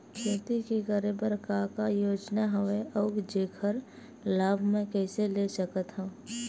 खेती करे बर का का योजना हवय अउ जेखर लाभ मैं कइसे ले सकत हव?